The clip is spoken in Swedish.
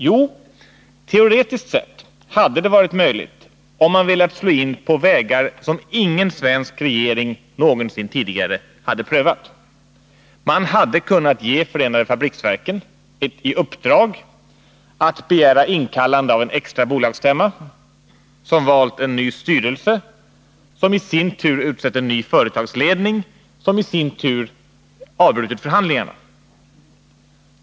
Jo, teoretiskt sett hade det varit möjligt om man velat slå in på vägar som ingen svensk regering någonsin tidigare hade prövat. Man hade kunnat ge förenade fabriksverken i uppdrag att begära inkallande av en extra bolagsstämma, som hade valt en ny styrelse, som i sin tur hade utsett en ny företagsledning, som i sin tur hade avbrutit förhandlingarna.